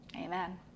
Amen